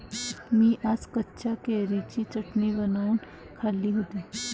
मी आज कच्च्या कैरीची चटणी बनवून खाल्ली होती